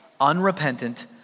unrepentant